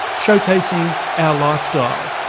showcasing our lifestyle.